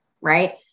Right